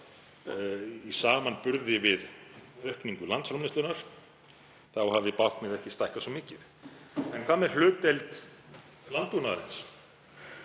í samanburði við aukningu landsframleiðslunnar hafi báknið ekki stækkað svo mikið. En hvað með hlutdeild landbúnaðarins